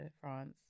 France